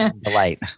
delight